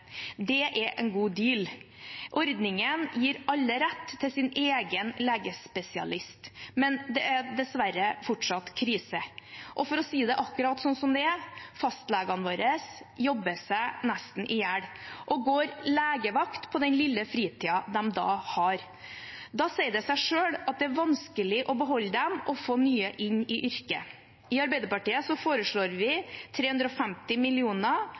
Det er en god deal. Ordningen gir alle rett til sin egen legespesialist, men det er dessverre fortsatt krise. Og for å si det akkurat slik det er: Fastlegene våre jobber seg nesten i hjel og går legevakt på den lille fritiden de da har. Da sier det seg selv at det er vanskelig å beholde dem og få nye inn i yrket. Arbeiderpartiet foreslår 350